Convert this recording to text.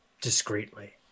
discreetly